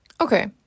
Okay